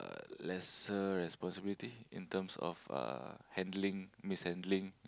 uh lesser responsibility in terms of uh handling mishandling